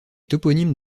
toponymes